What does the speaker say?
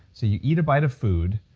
so you eat a bite of food,